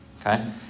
Okay